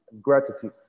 gratitude